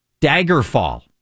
Daggerfall